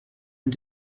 and